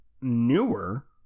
newer